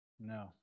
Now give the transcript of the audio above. No